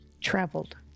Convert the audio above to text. traveled